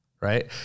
Right